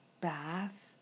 Bath